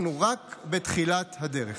אנחנו רק בתחילת הדרך.